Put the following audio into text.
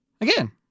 Again